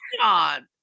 God